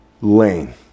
lane